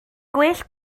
gwell